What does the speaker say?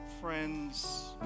friends